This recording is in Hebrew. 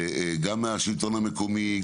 מהשלטון המקומי,